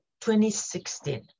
2016